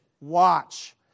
watch